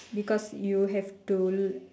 because you have to